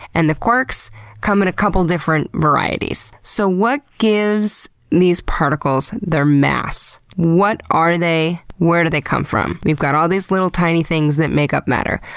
and the quarks come in a couple different varieties. so what gives these particles their mass? what are they? where do they come from? we've got all these tiny things that make up matter.